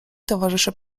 towarzysze